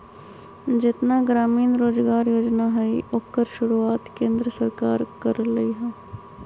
जेतना ग्रामीण रोजगार योजना हई ओकर शुरुआत केंद्र सरकार कर लई ह